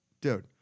dude